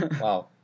Wow